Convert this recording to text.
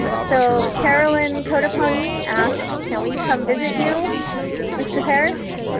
but so carolyn koda pony asks can we come visit you mr. parrish?